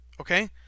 okay